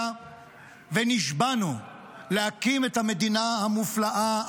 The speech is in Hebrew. ונשבענו להקים את המדינה המופלאה,